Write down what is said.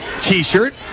T-shirt